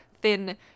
thin